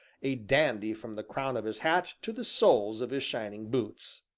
a dandy from the crown of his hat to the soles of his shining boots.